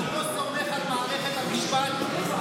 אתה לא סומך על מערכת המשפט?